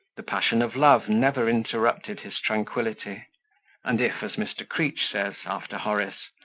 the passion of love never interrupted his tranquility and if, as mr. creech says, after horace,